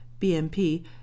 bmp